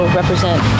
represent